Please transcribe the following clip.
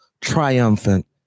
triumphant